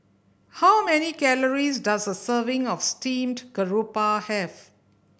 how many calories does a serving of steamed garoupa have